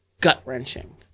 gut-wrenching